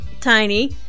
tiny